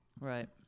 Right